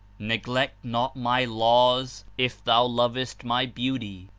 neglect not my laws if thou loves t my beauty,